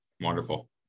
Wonderful